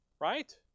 Right